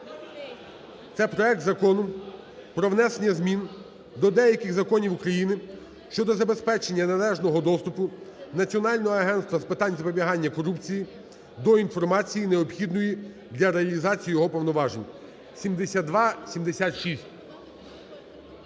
Це проект Закону про внесення змін до деяких законів України щодо забезпечення належного доступу Національного агентства з питань запобігання корупції до інформації, необхідної для реалізації його повноважень (7276).